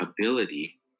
Ability